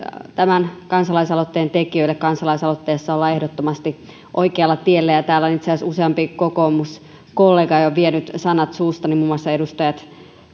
tämän kansalaisaloitteen tekijöille kansalaisaloitteessa ollaan ehdottomasti oikealla tiellä ja täällä on itse asiassa useampi kokoomuskollega jo vienyt sanat suustani muun muassa edustajat